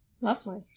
Lovely